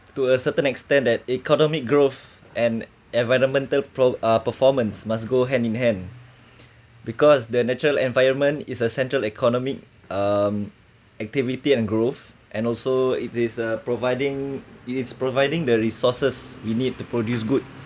to a certain extent that economic growth and environmental pro~ uh performance must go hand in hand because the natural environment is a central economic um activity and growth and also it is providing uh it it's providing the resources we need to produce goods